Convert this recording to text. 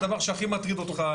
אם הדבר שהכי מטריד אותך,